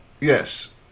Yes